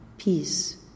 Peace